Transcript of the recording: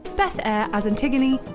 beth eyre as antigone,